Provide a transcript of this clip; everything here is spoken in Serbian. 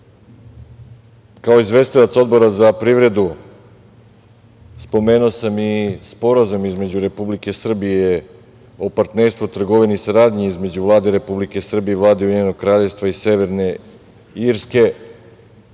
izvestilac Odbora za privredu, spomenuo sam i Sporazum između Republike Srbije o partnerstvu, trgovini i saradnji između Vlade Republike Srbije i Vlade Ujedinjenog Kraljevstva i Severne Irske.